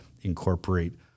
incorporate